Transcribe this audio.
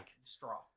straw